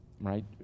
Right